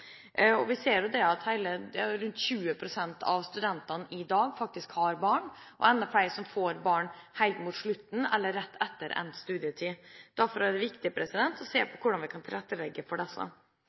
Vi ser at rundt 20 pst. av studentene i dag har barn, og enda flere får barn helt mot slutten eller rett etter endt studietid. Derfor er det viktig å se på hvordan man kan tilrettelegge for disse.